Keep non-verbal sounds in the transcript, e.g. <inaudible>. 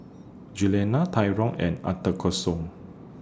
Juliana Tyron and <unintelligible>